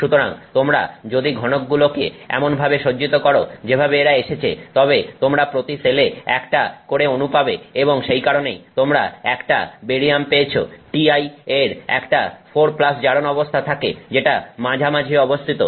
সুতরাং তোমরা যদি ঘনকগুলিকে এমনভাবে সজ্জিত করো যেভাবে এরা এসেছে তবে তোমরা প্রতি সেলে 1টা করে অনু পাবে এবং সেই কারণেই তোমরা 1টা Ba পেয়েছো Ti এর একটা 4 জারণ অবস্থা থাকে যেটা মাঝামাঝি অবস্থিত